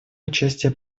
участие